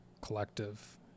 collective